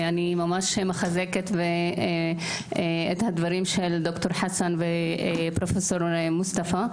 אני מחזקת את הדברים של ד"ר חסאן ופרופ' מוסטפה,